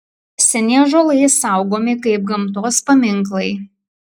seni ąžuolai saugomi kaip gamtos paminklai